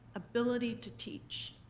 ability to teach.